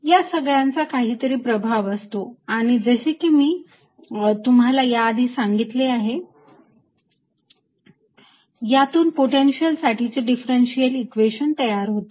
या सगळ्यांचा काहीतरी प्रभाव असतो आणि जसे की मी तुम्हाला या आधी सांगितले आहे यातून पोटेन्शियल साठीचे डिफरन्सशिअल इक्वेशन तयार होते